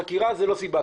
חקירה זה לא סיבה.